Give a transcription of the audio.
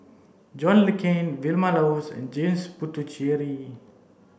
John Le Cain Vilma Laus and James Puthucheary